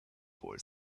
boy